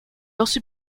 also